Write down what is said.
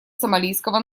сомалийского